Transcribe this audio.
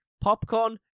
Popcorn